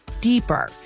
deeper